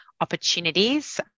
opportunities